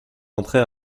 entrée